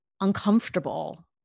uncomfortable